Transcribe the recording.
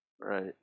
Right